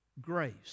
grace